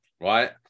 right